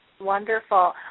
Wonderful